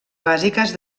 bàsiques